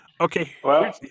Okay